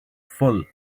full